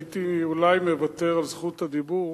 הייתי מוותר אולי על זכות הדיבור,